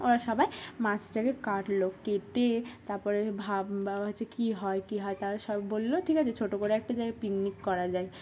ওরা সবাই মাছটাকে কাটলো কেটে তারপরে ভাব বা হচ্ছে কী হয় কী হয় তারা সব বললো ঠিক আছে ছোটো করে একটা জায়গায় পিকনিক করা যায়